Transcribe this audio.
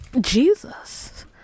jesus